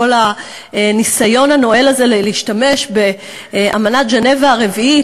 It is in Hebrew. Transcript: כל הניסיון הנואל הזה להשתמש באמנת ז'נבה הרביעית,